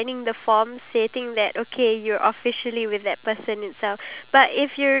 ya I feel that the reason because of that is you get so much responsibilities